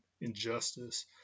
injustice